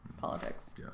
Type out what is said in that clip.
politics